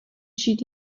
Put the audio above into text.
žít